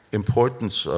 importance